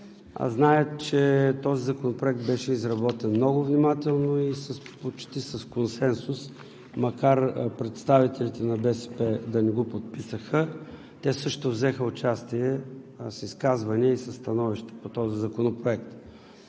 знаят, че този законопроект беше изработен много внимателно и почти с консенсус, макар представителите на БСП да не го подписаха, те също взеха участие с изказвания и със становища по Законопроекта.